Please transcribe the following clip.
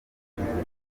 ubwitange